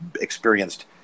experienced